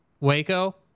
Waco